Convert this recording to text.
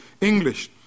English